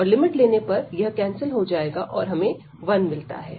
और लिमिट लेने पर यह कैंसिल हो जाता है और हमें 1 मिलता है